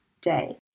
day